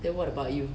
then what about you